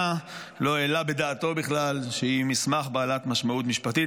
לא העלה בדעתו בכלל שהיא מסמך בעל משמעות משפטית.